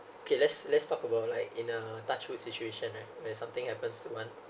okay let's let's talk about like in a touch wood situation right when something happens to one